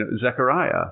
Zechariah